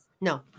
No